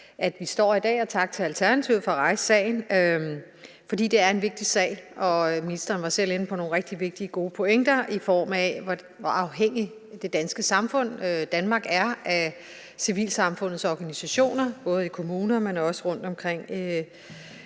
vi står her i dag, og tak til Alternativet for at rejse sagen, for det er en vigtig sag. Ministeren var selv inde på nogle rigtig vigtige og gode pointer, i forhold til hvor afhængigt det danske samfund og Danmark er af civilsamfundets organisationer, både i kommunerne, men også rundtomkring